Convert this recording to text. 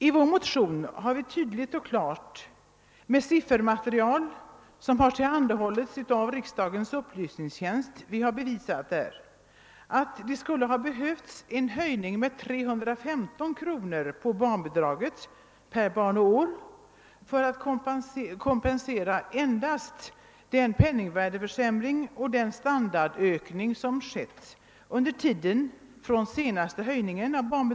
I våra motioner har vi med siffermaterial från riksdagens upplysningstjänst klart visat att det skulle ha behövts en höjning av barnbidraget med 315 kronor per barn och år bara för att kompensera den penningvärdeförsämring som skett sedan barnbidraget höjdes senast.